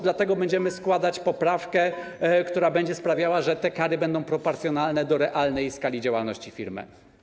Dlatego będziemy składać poprawkę, która będzie sprawiała, że te kary będą proporcjonalne do realnej skali działalności firmy.